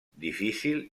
difícil